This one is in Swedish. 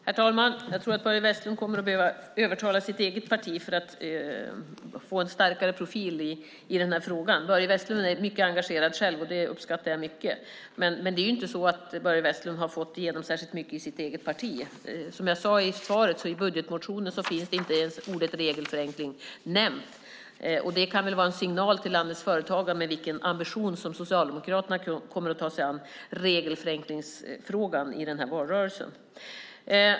Herr talman! Jag tror att Börje Vestlund behöver övertyga sitt eget parti för att få en starkare profil i den här frågan. Börje Vestlund är mycket engagerad. Det uppskattar jag. Börje Vestlund har inte fått igenom särskilt mycket i sitt eget parti. Som jag sade i svaret finns inte ordet regelförenkling nämnt i budgetmotionen. Det kan vara en signal till landets företagare om med vilken ambition Socialdemokraterna kommer att ta sig an regelförenklingsfrågan i valrörelsen.